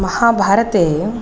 महाभारते